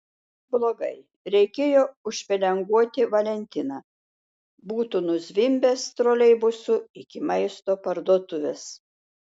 blogai reikėjo užpelenguoti valentiną būtų nuzvimbęs troleibusu iki maisto parduotuvės